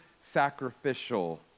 sacrificial